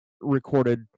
recorded